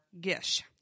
gish